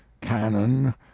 cannon